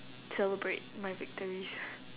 celebrate my victories